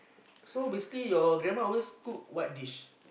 so basically your grandma always cook what dish